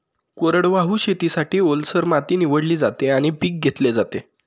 कोरडवाहू शेतीसाठी, ओलसर माती निवडली जाते आणि पीक घेतले जाते